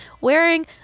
wearing